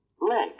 Leg